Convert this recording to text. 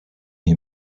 nie